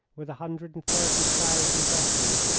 with a hundred and thirty thousand veterans,